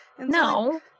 No